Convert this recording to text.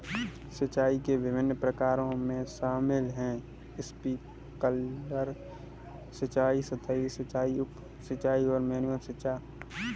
सिंचाई के विभिन्न प्रकारों में शामिल है स्प्रिंकलर सिंचाई, सतही सिंचाई, उप सिंचाई और मैनुअल सिंचाई